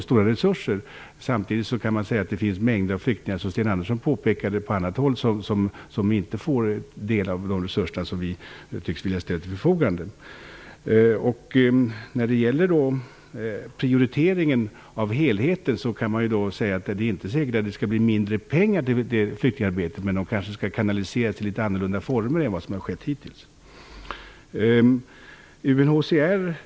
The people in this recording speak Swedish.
Sten Andersson i Malmö påpekade att det samtidigt finns mängder av flyktingar på annat håll som inte får del av de resurser som vi tycks vilja ställa till förfogande. När det gäller prioriteringar kan man säga att det inte är säkert att det skall bli mindre pengar till flyktingarbetet, men att pengarna kanske skall kanaliseras i litet annorlunda former än vad som har skett hittills.